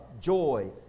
joy